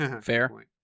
Fair